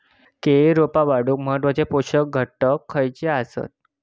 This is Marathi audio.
केळी रोपा वाढूक महत्वाचे पोषक घटक खयचे आसत?